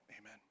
amen